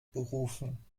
berufen